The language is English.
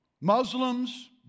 Muslims